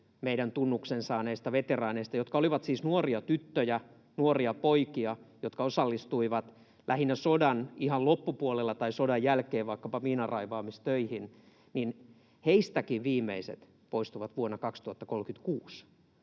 meidän tunnuksen saaneista veteraaneista, jotka olivat siis nuoria tyttöjä, nuoria poikia, jotka osallistuivat lähinnä sodan ihan loppupuolella tai sodan jälkeen vaikkapa miinanraivaamistöihin, poistuu vuonna 2036.